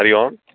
Hari Om